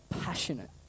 passionate